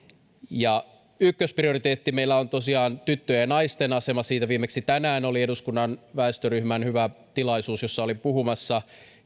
ykkösprioriteetti meillä on tosiaan tyttöjen ja naisten asema siitä viimeksi tänään oli eduskunnan väestöryhmän hyvä tilaisuus jossa olin puhumassa